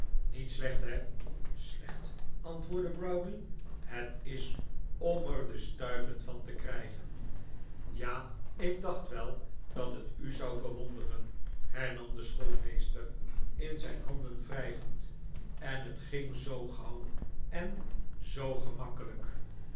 niet slecht he slecht antwoordde browdie het is om er de stuipen van te krijgen ja ik dacht wel dat het u zou verwonderen hernam de schoolmeester in zijn handen wrijvend en het ging zoo gauw en zoo gemakkelijk